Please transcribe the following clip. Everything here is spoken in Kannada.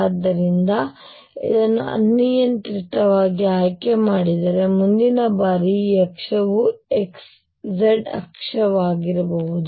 ಆದ್ದರಿಂದ ಇದನ್ನು ಅನಿಯಂತ್ರಿತವಾಗಿ ಆಯ್ಕೆ ಮಾಡಿದರೆ ಮುಂದಿನ ಬಾರಿ ಈ ಅಕ್ಷವು z ಅಕ್ಷವಾಗಿರಬಹುದು